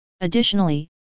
Additionally